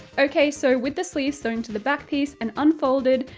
okay so with the sleeves sewn to the back piece, and unfolded,